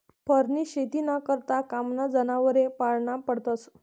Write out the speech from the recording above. फरनी शेतीना करता कामना जनावरे पाळना पडतस